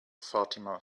fatima